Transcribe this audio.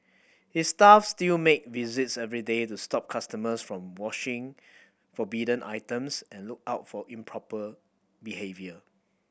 his staff still make visits every day to stop customers from washing forbidden items and look out for improper behaviour